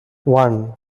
one